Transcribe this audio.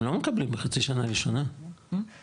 הם לא מקבלים בחצי השנה הראשונה לדעתי.